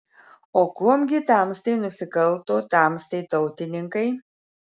o kuom gi tamstai nusikalto tamstai tautininkai